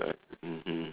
ah mmhmm